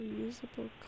Reusable